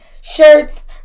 shirts